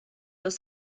los